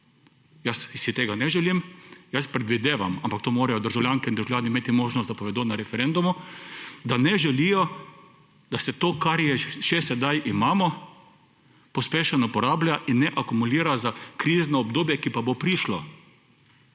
jaz si tega ne želim, jaz predvidevam, ampak to morajo državljanke in državljani imeti možnost, da povedo na referendumu, da ne želijo, da se to kar še sedaj imamo, pospešeno porablja in ne akumulira za krizno obdobje, ki pa bo prišlo.